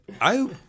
I-